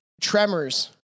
Tremors